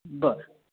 बरं